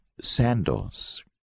sandals